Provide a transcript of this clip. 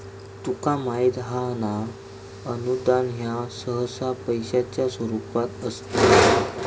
तुका माहित हां ना, अनुदान ह्या सहसा पैशाच्या स्वरूपात असता